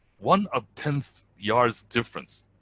one ah tenth yards difference,